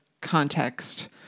context